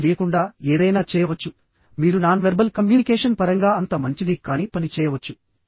మీకు తెలియకుండా ఏదైనా చేయవచ్చు మీరు నాన్ వెర్బల్ కమ్యూనికేషన్ పరంగా అంత మంచిది కాని పని చేయవచ్చు